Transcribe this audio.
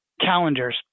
Calendars